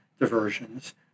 diversions